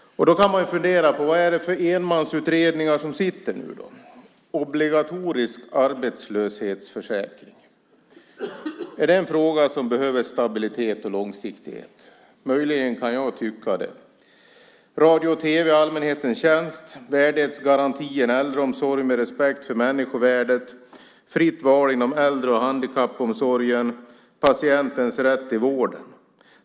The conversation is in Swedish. Då kan man fundera på vad det är för enmansutredningar som sitter nu. Obligatorisk arbetslöshetsförsäkring - är det en fråga som behöver stabilitet och långsiktighet? Möjligen kan jag tycka det. Vidare är det radio och tv i allmänhetens tjänst, värdighetsgaranti, äldreomsorg med respekt för människovärdet, fritt val inom äldre och handikappomsorgen, patientens rätt till vården.